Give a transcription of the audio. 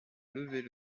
lever